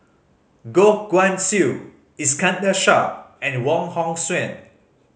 Goh Guan Siew Iskandar Shah and Wong Hong Suen